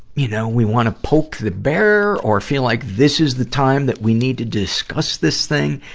you know, we wanna poke the bear or feel like this is the time that we need to discuss this thing.